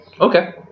Okay